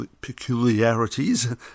peculiarities